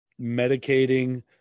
medicating